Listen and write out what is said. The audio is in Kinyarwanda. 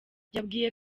yabwiye